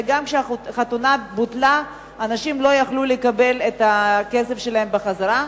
וגם כשהחתונה בוטלה אנשים לא יכלו לקבל את הכסף שלהם בחזרה.